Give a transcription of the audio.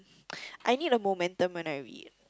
I need a momentum when I read